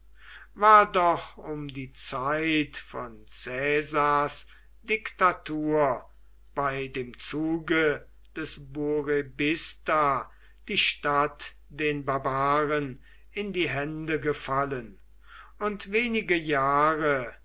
war doch um die zeit von caesars diktatur bei dem zuge des burebista die stadt den barbaren in die hände gefallen und wenige jahre